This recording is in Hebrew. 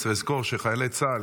צריך לזכור שחיילי צה"ל,